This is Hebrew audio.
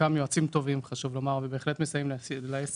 שחלקם הם יועצים טובים ובהחלט מסייעים לעסק,